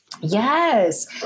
Yes